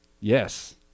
yes